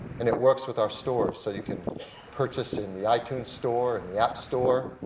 and it works with our stores. so you can purchase in the itunes store, in the app store,